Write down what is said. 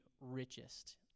richest